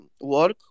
work